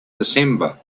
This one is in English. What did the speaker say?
december